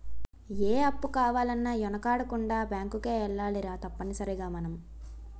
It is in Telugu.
ఏ అప్పు కావాలన్నా యెనకాడకుండా బేంకుకే ఎల్లాలిరా తప్పనిసరిగ మనం